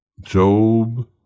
Job